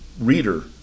reader